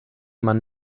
man